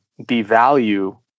devalue